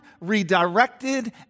redirected